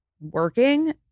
working